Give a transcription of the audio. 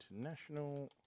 international